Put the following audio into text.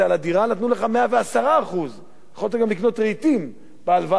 נתנו לך 110%. יכולת גם לקנות רהיטים בהלוואה שקיבלת.